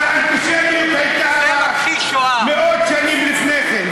אז האנטישמיות הייתה מאות שנים לפני כן.